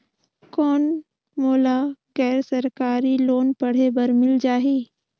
कौन मोला गैर सरकारी लोन पढ़े बर मिल जाहि?